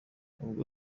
ubwo